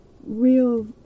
real